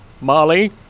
Molly